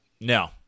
no